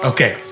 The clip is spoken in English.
Okay